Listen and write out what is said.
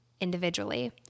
individually